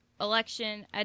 Election